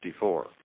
54